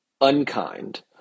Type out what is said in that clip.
unkind